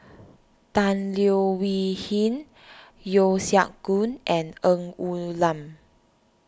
Tan Leo Wee Hin Yeo Siak Goon and Ng Woon Lam